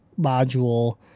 module